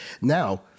Now